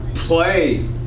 Play